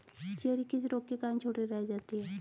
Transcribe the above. Cherry किस रोग के कारण छोटी रह जाती है?